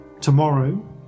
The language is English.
tomorrow